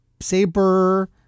Saber